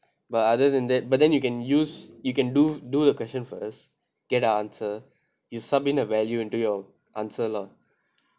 but other than that but then you can use you can do do the question first get the answer you sub in a value into your answer lah